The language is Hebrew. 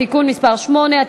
(תיקון מס' 8),